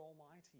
Almighty